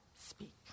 speak